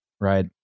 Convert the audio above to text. right